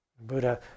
Buddha